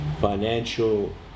financial